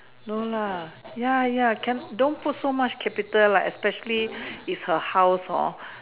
no lah ya ya can don't put so much capital lah especially it's her house hor